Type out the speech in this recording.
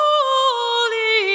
Holy